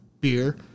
beer